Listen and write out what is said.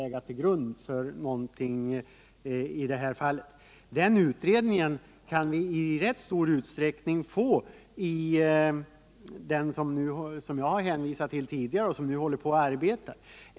Det arbetet kan vi i ganska stor utsträckning få utfört i den utredning som jag har hänvisat till tidigare och som håller på att arbeta.